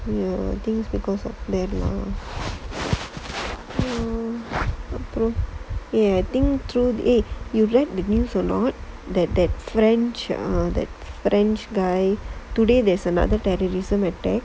ya thinks because is of them lah ya I think through eh you read the news or not that that french guy that french guy today there's another terrorism attack